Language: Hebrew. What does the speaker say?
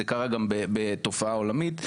זה קרה גם בתופעה עולמית.